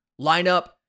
lineup